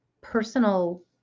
personal